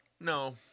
No